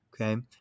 Okay